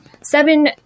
seven